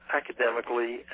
academically